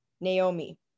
Naomi